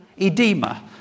Edema